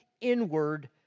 inward